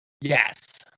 Yes